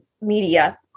media